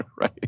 right